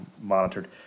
monitored